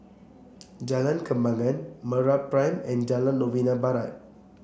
Jalan Kembangan MeraPrime and Jalan Novena Barat